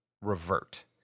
REVERT